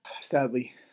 Sadly